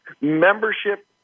membership